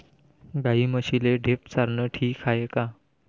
गाई म्हशीले ढेप चारनं ठीक हाये का?